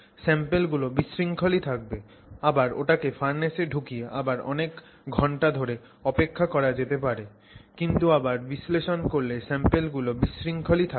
sample গুলো বিশৃঙ্খল ই থাকবে আবার ওটাকে ফার্নেসে ঢুকিয়ে আবার অনেক ঘণ্টা ধরে অপেক্ষা করা যেতে পারে কিন্তু আবার বিশ্লেষণ করলে স্যাম্পল গুলো বিশৃঙ্খল ই থাকবে